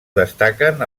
destaquen